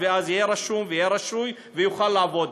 ואז הוא יהיה רשום ויהיה רישוי והוא יוכל לעבוד.